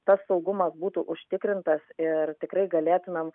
tas saugumas būtų užtikrintas ir tikrai galėtumėm